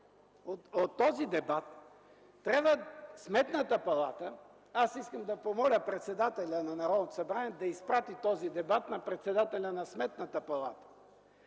от този дебат трябва Сметната палата... Искам да помоля председателя на Народното събрание да изпрати този дебат на председателя на Сметната палата.